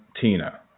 Tina